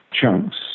chunks